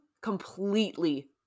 completely